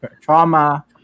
trauma